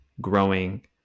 growing